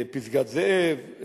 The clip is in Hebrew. פסגת-זאב,